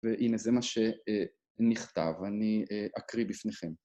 והנה זה מה שנכתב, אני אקריא בפניכם.